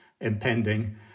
impending